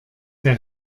der